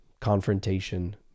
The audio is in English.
confrontation